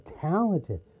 talented